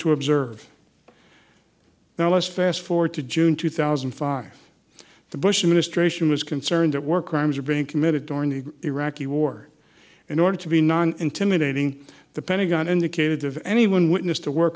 to observe now let's fast forward to june two thousand and five the bush administration was concerned that worker arms are being committed during the iraqi war in order to be non intimidating the pentagon indicated that anyone